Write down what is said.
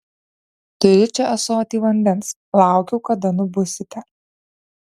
turiu čia ąsotį vandens laukiau kada nubusite